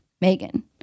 Megan